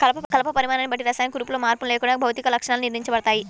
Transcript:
కలప పరిమాణాన్ని బట్టి రసాయన కూర్పులో మార్పు లేకుండా భౌతిక లక్షణాలు నిర్ణయించబడతాయి